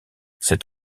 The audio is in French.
cet